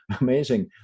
amazing